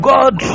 God